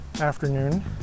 afternoon